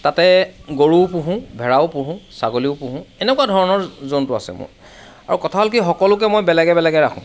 তাতে গৰুও পোহো ভেড়াও পোহো ছাগলীও পোহো এনেকুৱা ধৰণৰ জন্তু আছে মোৰ আৰু কথা হ'ল কি সকলোকে মই বেলেগে বেলেগে ৰাখো